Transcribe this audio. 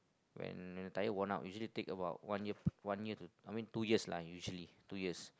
when the tyre worn out usually take about one year one year to I mean two years lah usually two years